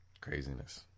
craziness